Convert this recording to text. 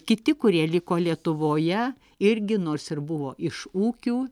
kiti kurie liko lietuvoje irgi nors ir buvo iš ūkių